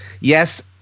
yes –